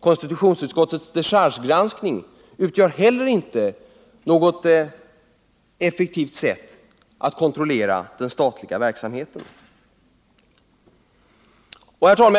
Konstitutionsutskottets dechargegranskning är inte heller något effektivt sätt att kontrollera den statliga verksamheten. Herr talman!